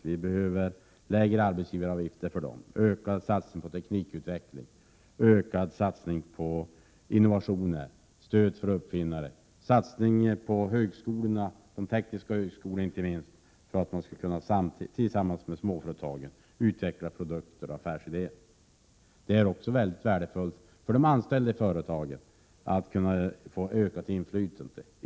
Vi behöver lägre arbetsgivargifter för dem, ökad satsning på teknikutveckling, ökad satsning på innovationer, stöd för uppfinnare och inte minst en satsning på de tekniska högskolorna för att man tillsammans med småföretagen skall kunna utveckla produkter och affärsidéer. Det är också mycket värdefullt för de anställda i företagen att kunna få ökat inflytande.